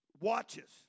watches